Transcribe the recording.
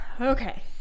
Okay